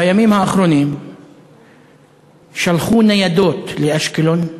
בימים האחרונים שלחו ניידות לאשקלון,